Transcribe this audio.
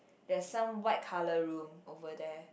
there's some white colour room over there